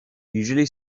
usually